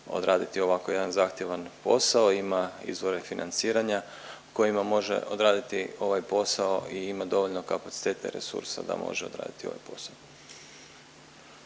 odraditi ovako jedan zahtjevan posao, ima izvore financiranja kojima može odraditi ovaj posao i ima dovoljno kapaciteta i resursa da može odraditi ovaj posao.